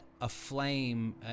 aflame